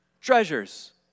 Treasures